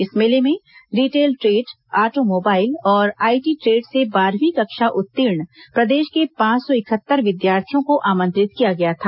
इस मेले में रिटेल ट्रेड आटोमोबाइल और आईटी ट्रेड से बारहवीं कक्षा उत्तीर्ण प्रदेश के पांच सौ इकहत्तर विद्यार्थियों को आमंत्रित किया गया था